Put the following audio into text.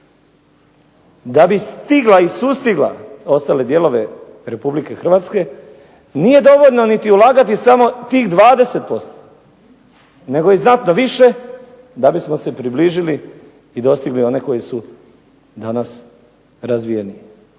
Da bi stigla i sustigla ostale dijelove Republike Hrvatske nije dovoljno niti ulagati samo tih 20%, nego i znatno više da bismo se približili i dostigli one koji su danas razvijeni.